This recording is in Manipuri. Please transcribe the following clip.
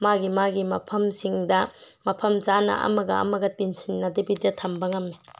ꯃꯥꯒꯤ ꯃꯥꯒꯤ ꯃꯐꯝꯁꯤꯡꯗ ꯃꯐꯝ ꯆꯥꯅ ꯑꯃꯒ ꯑꯃꯒ ꯇꯤꯟꯁꯤꯟꯅꯗꯕꯤꯗ ꯊꯝꯕ ꯉꯝꯃꯦ